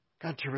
God